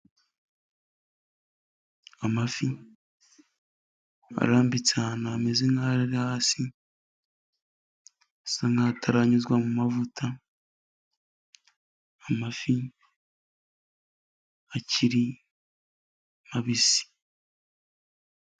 Amafi arambitse ahantu, hameze nk'aho ari hasi, asa n'ataranyuzwa mu mavuta amafi akiri mabisi.